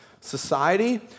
society